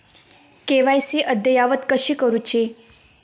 KYC अद्ययावत कशी करुची?